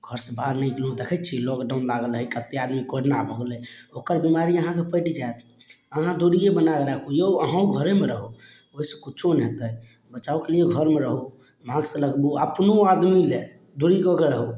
घर से बाहर नहि निकलू देखैत छियै लाॅकडाउन लागल हय कतेक आदमी कोरोना भऽ गेलै ओकर बिमारी अहाँके पटि जाएत अहाँ दुरिए बनाके राखु यौ अहुँ घरेमे रहु ओहिसे किछु नहि होयतै बचावके लिए घरमे रहु मास्क लगबु अपनो आदमी लै दूरी कऽके रहु